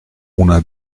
una